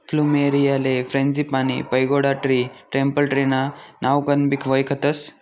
फ्लुमेरीयाले frangipani, pagoda tree, temple tree ना नावकनबी वयखतस